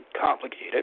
Complicated